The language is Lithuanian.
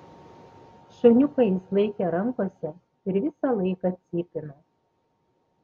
šuniuką jis laikė rankose ir visą laiką cypino